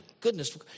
goodness